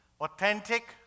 authentic